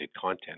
content